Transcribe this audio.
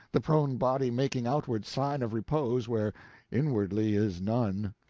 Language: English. the prone body making outward sign of repose where inwardly is none.